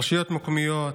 רשויות מקומיות,